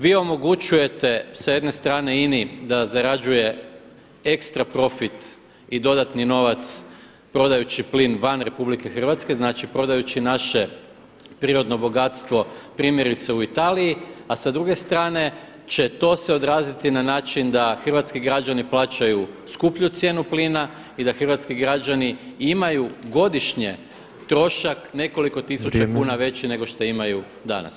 Vi omogućujete sa jedne strane INA-i da zarađuje ekstra profit i dodatni novac prodajući plin van Republike Hrvatske, znači prodajući naše prirodno bogatstvo primjerice u Italiji, a sa druge strane će to se odraziti na način da hrvatski građani plaćaju skuplju cijenu plina i da hrvatski građani imaju godišnje trošak nekoliko tisuća kuna veći nego šta imaju danas.